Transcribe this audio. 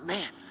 man,